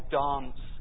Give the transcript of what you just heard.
dance